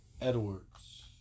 Edwards